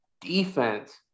defense